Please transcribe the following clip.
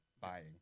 buying